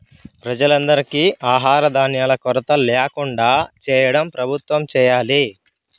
ప్రజలందరికీ ఆహార ధాన్యాల కొరత ల్యాకుండా చేయటం ప్రభుత్వం చేయాలి